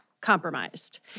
compromised